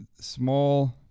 small